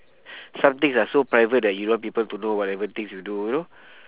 some things are so private that you don't want people to know whatever things you do you know